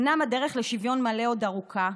אומנם הדרך לשוויון מלא עוד ארוכה,